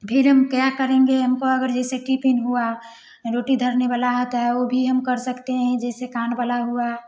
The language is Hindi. फिर हम क्या करेंगे हमको अगर जैसे टिपिन हुआ रोटी धरने वाला होता है वो भी हम कर सकते हैं जैसे कान वाला हुआ